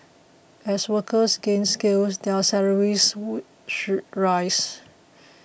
as workers gain skills their salaries would should rise